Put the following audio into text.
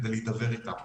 כדי להידבר איתם.